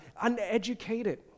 Uneducated